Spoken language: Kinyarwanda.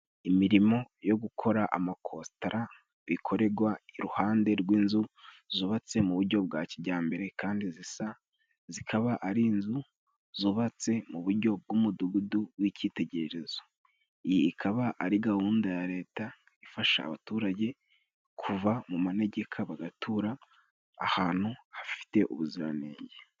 Imirimo yo gukora amakositara bikorerwa iruhande rw'inzu zubatse mu buryo bwa kijyambere， kandi zikaba ari inzu zubatse mu buryo bw'umudugudu w'icyitegererezo. Iyi ikaba ari gahunda ya Leta ifasha abaturage kuva mu manegeka， bagatura ahantu hafite ubuziranenge.